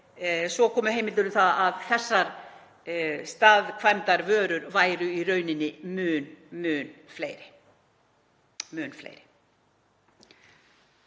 svo komu fram heimildir um að þessar staðkvæmdarvörur væru í rauninni mun fleiri